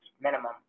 minimum